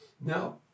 No